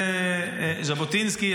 זה ז'בוטינסקי,